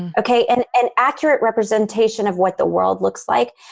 and ok. and an accurate representation of what the world looks like.